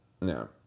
no